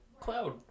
cloud